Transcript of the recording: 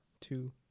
Two